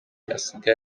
asigaye